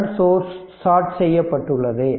current source short செய்யப்பட்டுள்ளது